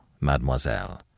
mademoiselle